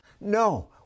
No